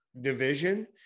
division